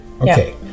Okay